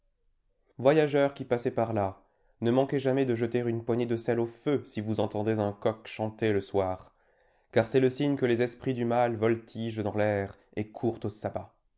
voyageurs qui passez par là ne manquez jamais de jeter une poignée de sel au feu si vous entendez un coq chanter le soir car c'est le signe que les esprits du mal voltigent dans l'air et courent au